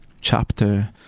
chapter